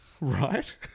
Right